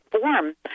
form